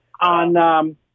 On